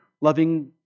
Loving